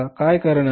काय कारण आहे